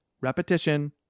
Repetition